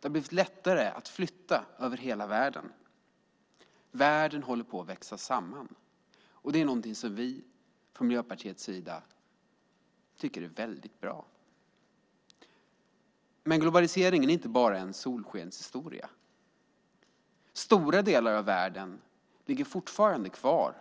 Det har blivit lättare att flytta över hela världen. Världen håller på att växa samman, och det är något som vi i Miljöpartiet tycker är väldigt bra. Men globaliseringen är inte bara en solskenshistoria. Stora delar av världen ligger fortfarande kvar